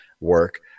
work